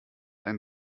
ein